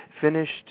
finished